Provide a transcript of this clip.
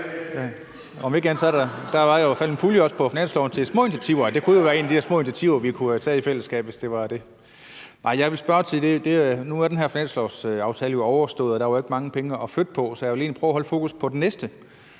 i hvert fald en pulje på finansloven til små initiativer, og det kunne jo have været et af de små initiativer, vi kunne have taget i fællesskab, hvis det var det. Nej, jeg vil spørge om noget. Nu er den her finanslovsaftale jo lavet, og der var ikke mange penge at flytte på, så jeg vil egentlig prøve at holde fokus på den næste.